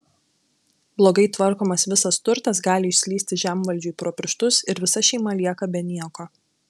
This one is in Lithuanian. blogai tvarkomas visas turtas gali išslysti žemvaldžiui pro pirštus ir visa šeima lieka be nieko